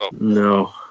No